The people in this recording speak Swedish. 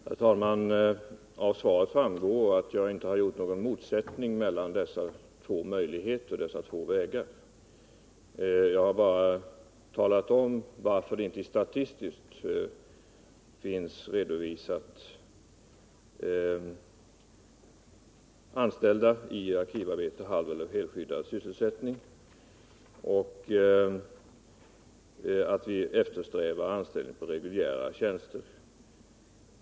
Herr talman! Av svaret framgår att jag inte har skapat någon motsättning mellan de nämnda två möjligheterna. Jag har bara talat om varför det statistiskt inte har redovisats anställda i arkivarbete, halveller helskyddad sysselsättning. Vidare har jag sagt att vi eftersträvar anställning på reguljära tjänster.